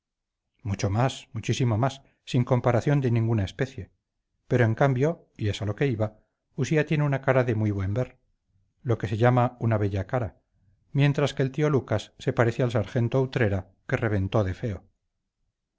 mucho más muchísimo más sin comparación de ninguna especie pero en cambio y es a lo que iba usía tiene una cara de muy buen ver lo que se dice una bella cara mientras que el tío lucas se parece al sargento utrera que reventó de feo